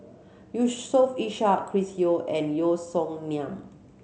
Yusof Ishak Chris Yeo and Yeo Song Nian